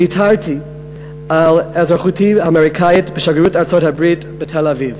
על אזרחותי האמריקנית בשגרירות ארצות-הברית בתל-אביב.